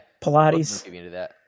Pilates